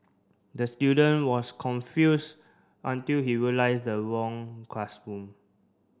the student was confused until he realised the wrong classroom